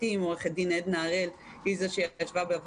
המשפטים ובראשה ישבה עורכת הדין עדנה הראל.